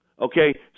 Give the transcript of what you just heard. Okay